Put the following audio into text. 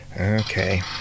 Okay